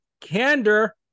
candor